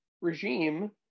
regime